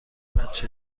بچه